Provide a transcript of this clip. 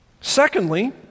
Secondly